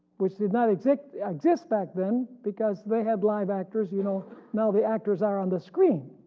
which did not exist yeah exist back then because they had live actors. you know now the actors are on the screen.